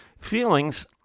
feelings